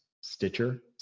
Stitcher